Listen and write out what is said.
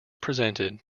presented